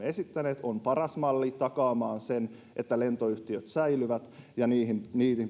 esittäneet on paras malli takaamaan sen että lentoyhtiöt säilyvät ja niihin